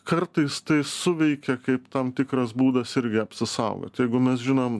kartais tai suveikia kaip tam tikras būdas irgi apsisaugot jeigu mes žinom